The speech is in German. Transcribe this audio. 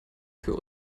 für